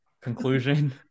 conclusion